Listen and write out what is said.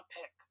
pick